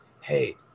hey